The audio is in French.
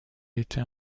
été